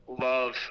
love